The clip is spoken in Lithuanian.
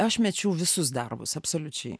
aš mečiau visus darbus absoliučiai